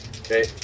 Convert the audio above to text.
Okay